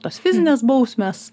tos fizinės bausmes